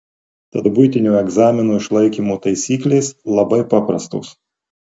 tad buitinio egzamino išlaikymo taisyklės labai paprastos